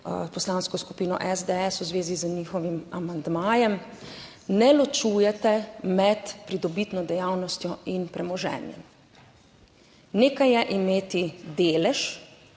Poslansko skupino SDS v zvezi z njihovim amandmajem. Ne ločujete med pridobitno dejavnostjo in premoženjem. Nekaj je imeti delež